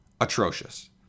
atrocious